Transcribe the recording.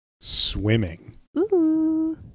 swimming